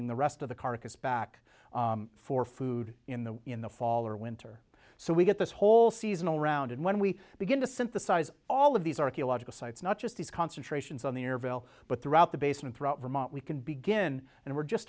in the rest of the carcass back for food in the in the fall or winter so we get this whole seasonal round and when we begin to synthesize all of these archaeological sites not just these concentrations on the air bill but throughout the basement throughout vermont we can begin and we're just